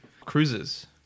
cruises